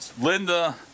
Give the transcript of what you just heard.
Linda